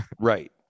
Right